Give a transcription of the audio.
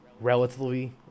relatively